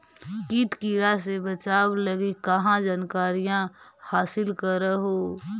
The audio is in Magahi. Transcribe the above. किट किड़ा से बचाब लगी कहा जानकारीया हासिल कर हू?